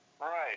Right